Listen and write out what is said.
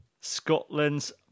Scotland's